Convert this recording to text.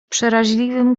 przeraźliwym